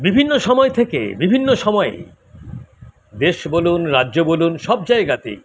বিভিন্ন সময় থেকে বিভিন্ন সময়ে দেশ বলুন রাজ্য বলুন সব জায়গাতেই